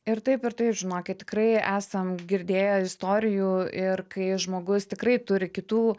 ir taip ir tai žinokit tikrai esam girdėję istorijų ir kai žmogus tikrai turi kitų